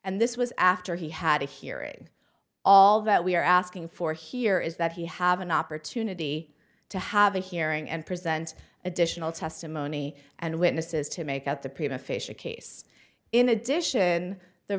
and this was after he had a hearing all that we are asking for here is that he have an opportunity to have a hearing and present additional testimony and witnesses to make out the prima facia case in addition the